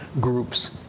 groups